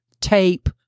tape